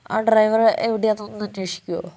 ആ ഡ്രൈവർ എവിടെയാണെന്നൊന്ന് അന്വേഷിക്കുമോ